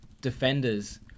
defenders